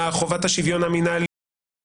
חובת השוויון המינהלי,